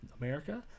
America